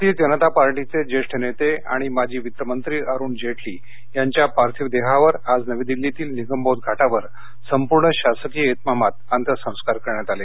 भारतीय जनता पार्टीचे ज्येष्ठ नेते आणि माजी वित्त मंत्री अरूण जेटली यांच्या पार्थिंव देहावर आज नवी दिल्लीतील निगमबोध घाटावर संपूर्ण शासकीय इतमामानं अंत्यसंस्कार करण्यात आले